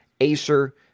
Acer